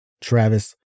Travis